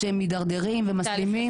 שהם מתדרדרים ומסלימים.